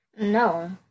no